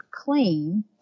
clean